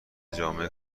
جامع